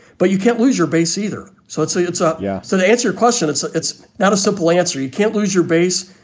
but you can't lose your base either. so it's a it's up. yeah. so to answer your question, it's it's not a simple answer. you can't lose your base,